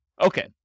Okay